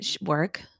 Work